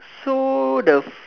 so the